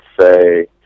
say